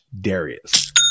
Darius